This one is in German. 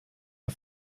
der